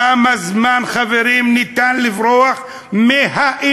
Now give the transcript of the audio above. כמה זמן, חברים, אפשר לברוח מהאמת?